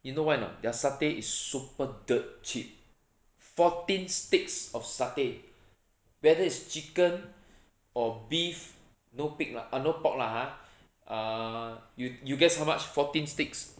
you know why or not their satay is super dirt cheap fourteen sticks of satay whether it's chicken or beef no pig lah ah no pork lah ha uh you you guess how much fourteen sticks